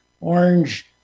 orange